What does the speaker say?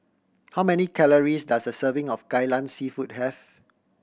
how many calories does a serving of Kai Lan Seafood have